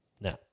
no